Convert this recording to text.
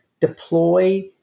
deploy